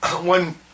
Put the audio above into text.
one